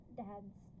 dad's